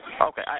Okay